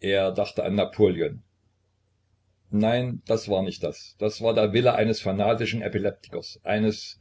er dachte an napoleon nein das war nicht das das war der wille eines fanatischen epileptikers eines